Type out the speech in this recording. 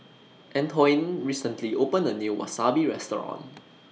Antoine recently opened A New Wasabi Restaurant